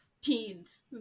teens